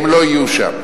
הם לא יהיו שם.